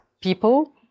people